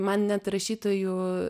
man net rašytojų